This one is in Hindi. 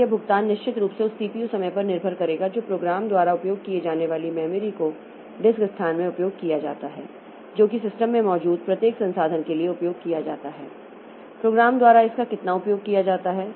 और यह भुगतान निश्चित रूप से उस CPU समय पर निर्भर करेगा जो प्रोग्राम द्वारा उपयोग की जाने वाली मेमोरी को डिस्क स्थान में उपयोग किया जाता है जो कि सिस्टम में मौजूद प्रत्येक संसाधन के लिए उपयोग किया जाता है प्रोग्राम द्वारा इसका कितना उपयोग किया जाता है